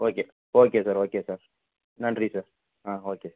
okay sir okay sir okay sir நன்றி sir ஆ okay